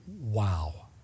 Wow